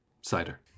cider